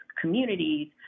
communities